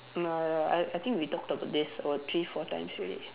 nah I I think we talked about this about three four times already